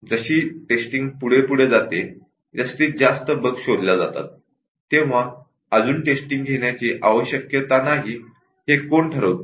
जशी टेस्टिंग पुढे पुढे जाते जास्तीत जास्त बग शोधल्या जातात तेव्हा अजून टेस्टिंग घेण्याची आवश्यकता नाही हे कोण ठरवते